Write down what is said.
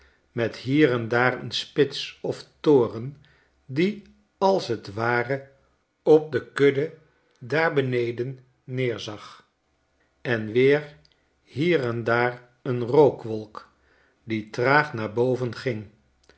met hier en daar een spits of toren die als t ware op de kudde daar beneden neerzag en weer hier en daar een rookwolk die traag naar boven ging